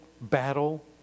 battle